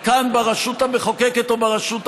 כאן ברשות המחוקקת או ברשות המבצעת,